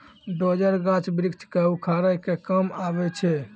dozer, गाछ वृक्ष क उखाड़े के काम आवै छै